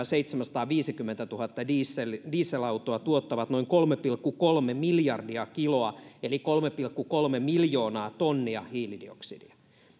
seitsemänsataaviisikymmentätuhatta dieselautoa tuottavat noin kolme pilkku kolme miljardia kiloa eli kolme pilkku kolme miljoonaa tonnia hiilidioksidia